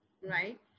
right